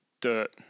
dirt